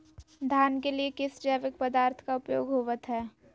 धान के लिए किस जैविक पदार्थ का उपयोग होवत है?